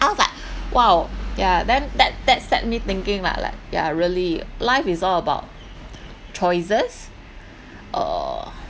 I was like !wow! yeah then that that set me thinking lah like yeah really life is all about choices uh